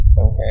okay